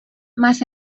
más